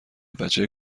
بچه